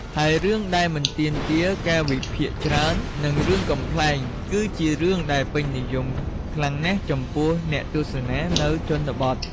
ហើយរឿងដែលមិនទាមទារការវិភាគច្រើន និងរឿងកំប្លែងគឺជារឿងដែលពេញនិយមខ្លាំងណាស់ ចំពោះអ្នកទស្សនានៅជនបទ។